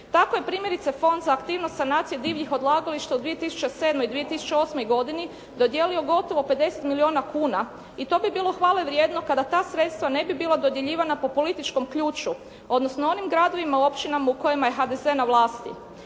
Tako je primjerice Fond za aktivnost sanacije divljih odlagališta u 2007. i 2008. godini dodijelio gotovo 50 milijuna kuna i to bi bilo hvale vrijedno kada ta sredstva ne bi bila dodjeljivana po političkom ključu odnosno onim gradovima i općinama u kojima je HDZ na vlasti.